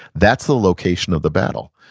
that's the location of the battle.